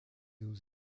aux